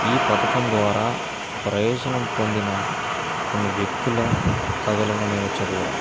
ఈ పథకం ద్వారా ప్రయోజనం పొందిన కొన్ని వ్యక్తుల కథలను నేను చదివాను